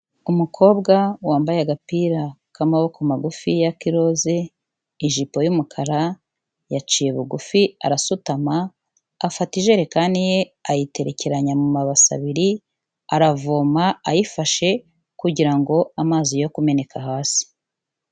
Umukobwa wambaye agapira k'amaboko magufiya k'iroze, ijipo y'umukara yaciye bugufi arasutama afata ijerekani ye ayiterekeranya mu mabasa abiri, aravoma ayifashe kugira ngo amazi yo kumeneka hasi.